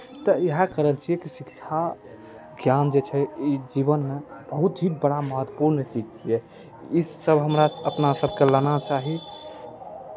तऽ इएह कहब छियै कि शिक्षा ज्ञान जे छै ई जीवनमे बहुत ही बड़ा महत्वपूर्ण चीज छियै ईसभ हमरा अपना सभकेँ लेना चाही